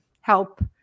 help